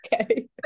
Okay